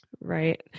Right